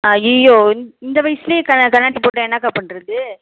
ஐயைய்யோ இந்த இந்த வயசுலேயே க கண்ணாடி போட்டால் என்னக்கா பண்ணுறது